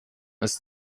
ist